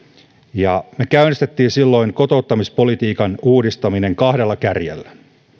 ja me käynnistimme silloin kotouttamispolitiikan uudistamisen kahdella kärjellä